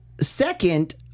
second